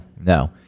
no